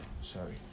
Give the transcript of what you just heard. Sorry